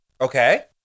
Okay